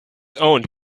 owned